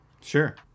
Sure